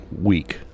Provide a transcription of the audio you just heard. week